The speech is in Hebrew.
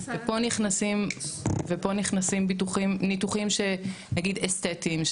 ופה נכנסים ניתוחים נגיד אסתטיים.